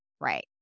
Right